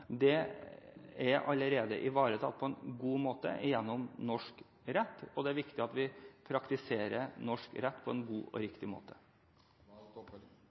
Det er allerede ivaretatt på en god måte gjennom norsk rett, og det er viktig at vi praktiserer norsk rett på en god og riktig måte.